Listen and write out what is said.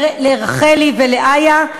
לרחלי ולאיה,